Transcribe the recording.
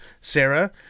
Sarah